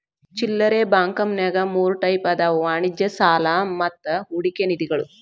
ಚಿಲ್ಲರೆ ಬಾಂಕಂನ್ಯಾಗ ಮೂರ್ ಟೈಪ್ ಅದಾವ ವಾಣಿಜ್ಯ ಸಾಲಾ ಮತ್ತ ಹೂಡಿಕೆ ನಿಧಿಗಳು